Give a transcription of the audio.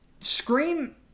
Scream